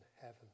heaven